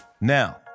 Now